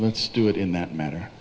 let's do it in that matter